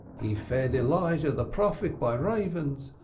he fed elijah the prophet by ravens,